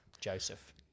Joseph